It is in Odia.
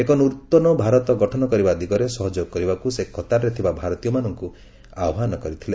ଏକ ନୃତନ ଭାରତ ଗଠନ କରିବା ଦିଗରେ ସହଯୋଗ କରିବାକୁ ସେ କତାରରେ ଥିବା ଭାରତୀୟମାନଙ୍କୁ ଆହ୍ୱାନ କରିଥିଲେ